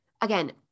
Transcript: again